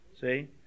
see